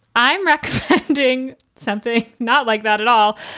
i'm recommending something not like that at all.